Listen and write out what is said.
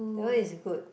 that one is good